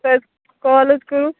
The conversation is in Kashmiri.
تَتہِ کال حظ کَروٕ